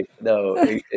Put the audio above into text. No